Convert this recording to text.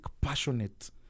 passionate